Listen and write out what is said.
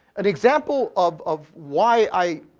an example of of why i,